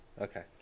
Okay